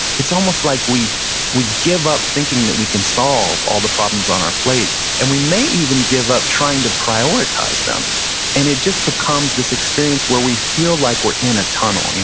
it's almost like we we give up thinking that we can solve all the problems on our plate. and we may even give up trying to prioritize them and it just becomes this experience where we feel like we're in a tunnel.